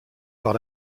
par